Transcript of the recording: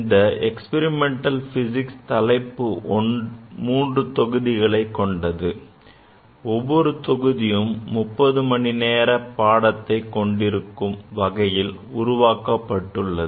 இந்த Experimental Physics தலைப்பு மூன்று தொகுதிகளைக் கொண்டது ஒவ்வொரு தொகுதியும் 30 மணி நேர பாடத்தை கொண்டிருக்கும் வகையில் உருவாக்கப்பட்டுள்ளது